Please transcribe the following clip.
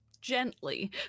Gently